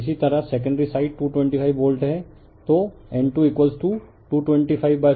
इसी तरह secondary side 225 volt हैं तो N2 22515 तो यह 15 है N2 15है